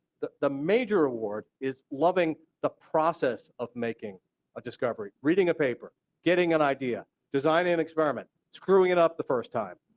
the the major reward is loving the process of making a discovery, reading a favor, getting an idea, designing an experiment, screwing it up the first time,